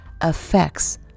affects